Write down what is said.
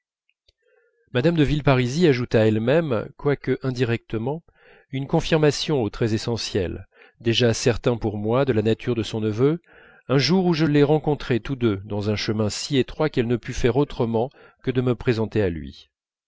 mme de villeparisis ajouta elle-même quoique indirectement une confirmation aux traits essentiels déjà certains pour moi de la nature de son neveu un jour où je les rencontrai tous deux dans un chemin si étroit qu'elle ne put faire autrement que de me présenter à lui